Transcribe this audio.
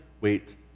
wait